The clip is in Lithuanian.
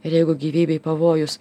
ir jeigu gyvybei pavojus